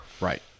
Right